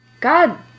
God